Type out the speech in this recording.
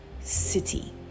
city